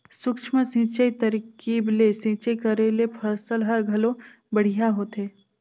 सूक्ष्म सिंचई तरकीब ले सिंचई करे ले फसल हर घलो बड़िहा होथे